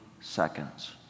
seconds